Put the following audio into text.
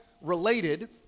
related